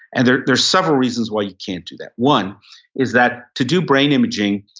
and there's there's several reasons why you can't do that. one is that to do brain imaging,